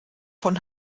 von